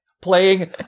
playing